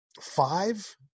Five